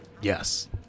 Yes